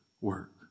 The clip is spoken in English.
work